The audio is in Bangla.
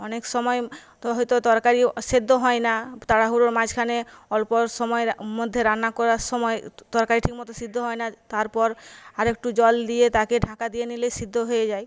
অনেক সময় তো হয়তো তরকারিও সিদ্ধ হয় না তাড়াহুড়োর মাঝখানে অল্প সময়ের মধ্যে রান্না করার সময় ত তরকারি ঠিক মতো সিদ্ধ হয় না তারপর আরেকটু জল দিয়ে তাকে ঢাকা দিয়ে নিলেই সিদ্ধ হয়ে যায়